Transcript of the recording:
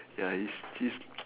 ya he's he's